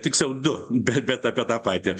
tiksliau du be bet apie tą patį